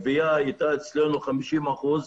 הגבייה הייתה אצלנו 50% בעבר.